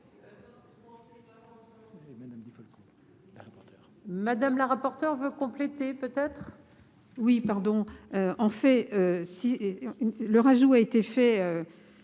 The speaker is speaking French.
Madame la rapporteure veut compléter peut être. Oui, pardon, en fait, si le rajout a été fait